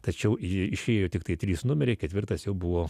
tačiau išėjo tiktai trys numeriai ketvirtas jau buvo